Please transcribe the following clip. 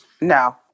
No